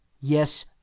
Yes